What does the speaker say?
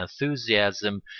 enthusiasm